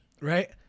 Right